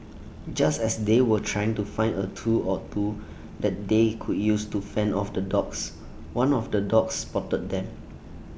just as they were trying to find A tool or two that they could use to fend off the dogs one of the dogs spotted them